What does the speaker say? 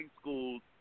schools